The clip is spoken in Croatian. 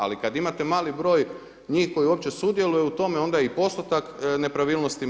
Ali kad imate mali broj njih koji uopće sudjeluje u tome onda je i postotak nepravilnosti mali.